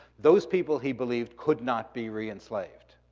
those people he believed could not be reenslaved,